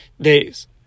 days